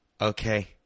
okay